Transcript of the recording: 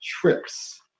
TRIPS